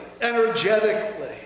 energetically